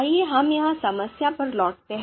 आइए हम यहां समस्या पर लौटते हैं